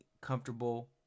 comfortable